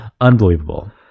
unbelievable